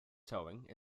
towing